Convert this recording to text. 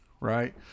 right